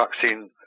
vaccine